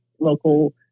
local